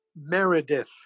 Meredith